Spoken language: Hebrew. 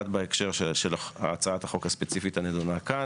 בהקשר של הצעת החוק הספציפית הנדונה כאן.